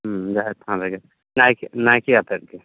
ᱦᱮᱸ ᱡᱟᱦᱮᱨ ᱛᱷᱟᱱ ᱨᱮᱜᱮ ᱱᱟᱭᱠᱮ ᱱᱟᱭᱠᱮ ᱟᱛᱮᱫ ᱜᱮ